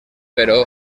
però